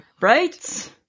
Right